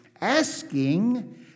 asking